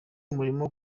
murimo